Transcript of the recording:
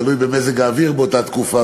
תלוי במזג האוויר באותה תקופה,